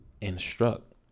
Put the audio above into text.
instruct